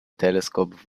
telescope